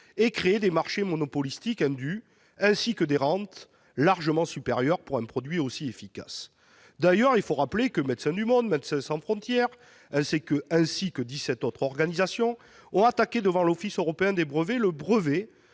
et créer des marchés monopolistiques indus, ainsi que des rentes largement supérieures pour un produit aussi efficace. D'ailleurs, il faut rappeler que Médecins du monde, Médecins sans frontières et dix-sept autres organisations ont attaqué devant l'Office européen des brevets le brevet